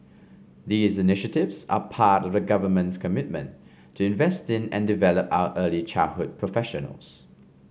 these initiatives are part of the government's commitment to invest in and develop our early childhood professionals